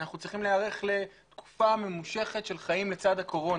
ואנחנו צריכים להיערך לתקופה ממושכת של חיים לצד הקורונה.